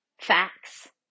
facts